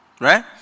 Right